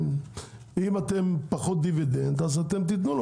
אם אתם פחות דיבידנד אז אתם תיתנו לו